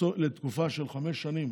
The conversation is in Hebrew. לתקופה של חמש שנים